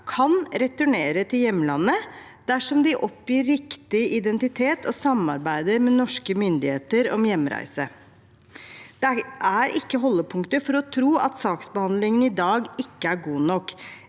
kan returnere til hjemlandet dersom de oppgir riktig identitet og samarbeider med norske myndigheter om hjemreise. Det er ikke holdepunkter for å tro at saksbehandlingen i dag ikke er god nok,